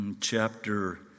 chapter